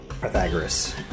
Pythagoras